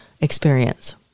experience